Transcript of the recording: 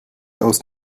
aus